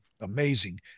amazing